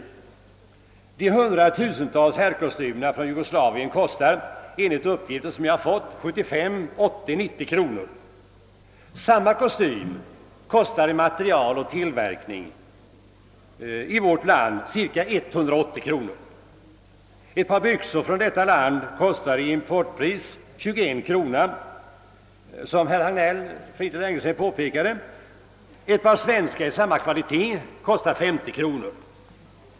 De hundratusentals herrkostymer, som kommer från Jugoslavien, kostar enligt uppgifter jag fått 75, 80 eller 90 kronor. Samma kostym kostar i material och tillverkning i vårt land cirka 180 kronor. Importpriset för ett par byxor från Jugoslavien är, som herr Hagnell för en stund sedan påpekade, 21 kronor. Ett par svenska byxor i samma kvalitet kostar 50 kronor.